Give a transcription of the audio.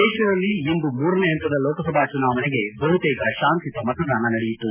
ದೇಶದಲ್ಲಿ ಇಂದು ಮೂರನೇ ಪಂತದ ಲೋಕಸಭಾ ಚುನಾವಣೆಗೆ ಬಹುತೇಕ ಶಾಂತಿಯುತ ಮತದಾನ ನಡೆಯಿತು